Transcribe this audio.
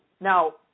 now